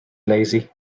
lazy